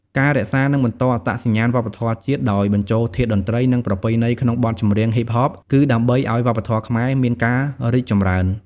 ការរក្សា និងបន្តអត្តសញ្ញាណវប្បធម៌ជាតិ ដោយបញ្ចូលធាតុតន្ត្រី និងប្រពៃណីក្នុងបទចម្រៀងហ៊ីបហប គឺដើម្បីឲ្យវប្បធម៌ខ្មែរមានការរីកចម្រើន ។